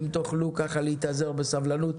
אם תוכלו ככה להתאזר בסבלנות.